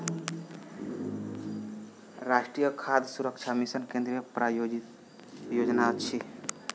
राष्ट्रीय खाद्य सुरक्षा मिशन केंद्रीय प्रायोजित योजना अछि